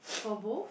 for both